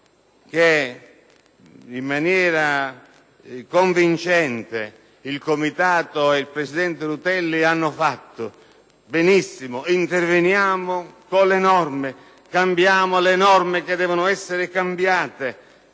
che, in maniera convincente, il Comitato e il presidente Rutelli hanno avanzato. Benissimo, interveniamo con le norme, cambiamo le norme che lo necessitano,